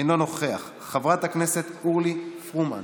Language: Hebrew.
אינו נוכח, חברת הכנסת אורלי פרומן,